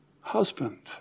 husband